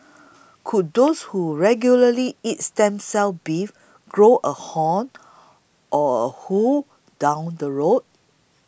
could those who regularly eat stem cell beef grow a horn or a hoof down the road